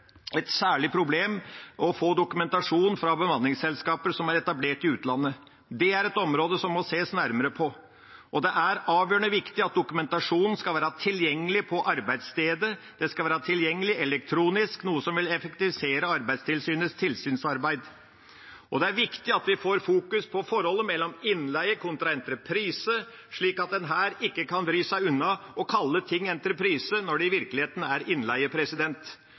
et særlig problem å få dokumentasjon fra bemanningsselskaper som er etablert i utlandet. Det er et område som må ses nærmere på, og det er avgjørende viktig at dokumentasjon skal være tilgjengelig på arbeidsstedet. Det skal være tilgjengelig elektronisk, noe som vil effektivisere Arbeidstilsynets tilsynsarbeid. Og det er viktig at vi får fokus på forholdet mellom innleie kontra entreprise, slik at en her ikke kan vri seg unna og kalle ting entreprise når det i virkeligheten er innleie.